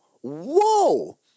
whoa